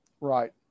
Right